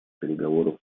переговоров